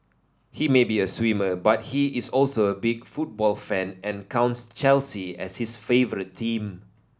he may be a swimmer but he is also a big football fan and counts Chelsea as his favourite team